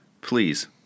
please